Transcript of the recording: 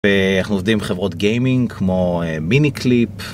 אנחנו עובדים בחברות גיימינג כמו מיני קליפ